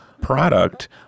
product